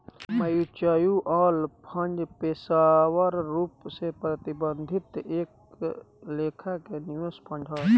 mutual fund पेशेवर रूप से प्रबंधित एक लेखा के निवेश फंड हा